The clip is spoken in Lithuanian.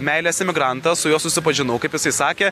meilės emigrantas su juo susipažinau kaip jisai sakė